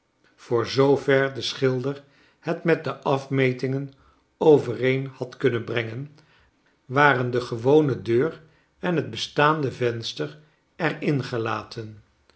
yoor zoover de schilder het met de afmetingen overeen had kunnen brengen waren de gewone deur en het bestaande venster er in gelaten